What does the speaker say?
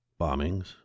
Bombings